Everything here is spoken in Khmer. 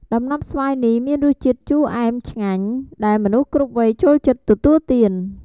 ដំណាប់ស្វាយនេះមានរសជាតិជូរអែមឆ្ងាញ់ ដែលមនុស្សគ្រប់វ័យចូលចិត្តទទួលទាន។